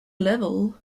level